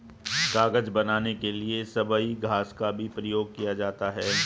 कागज बनाने के लिए सबई घास का भी प्रयोग किया जाता है